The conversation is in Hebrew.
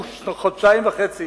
הוא חודשיים וחצי